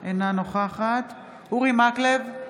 אינה נוכחת אורי מקלב,